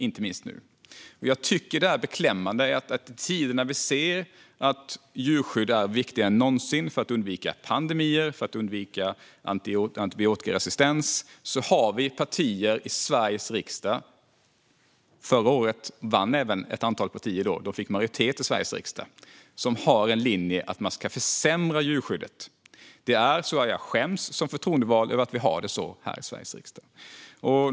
Jag tycker att det är beklämmande att i tider när vi ser att djurskydd är viktigare än någonsin för att undvika pandemier och antibiotikaresistens har vi partier i Sveriges riksdag - förra året fick de majoritet i Sveriges riksdag - som har linjen att man ska försämra djurskyddet. Jag skäms som förtroendevald över att vi har det så här i Sveriges riksdag.